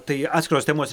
tai atskiros temos